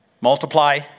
multiply